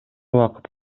убакыт